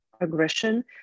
aggression